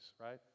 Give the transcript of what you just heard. right